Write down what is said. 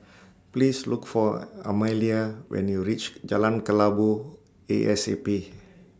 Please Look For Amalia when YOU REACH Jalan Kelabu A S A P